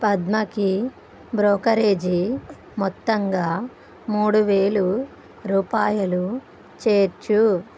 పద్మకి brokerage మొత్తంగా మూడు వేలు రూపాయలు చేర్చు